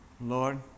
Lord